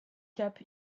cap